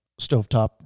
stovetop